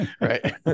right